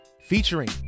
featuring